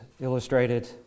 illustrated